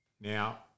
Now